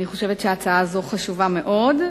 אני חושבת שההצעה הזאת חשובה מאוד.